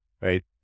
right